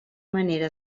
manera